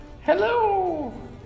Hello